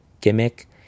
gimmick